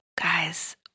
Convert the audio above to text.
Guys